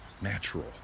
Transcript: natural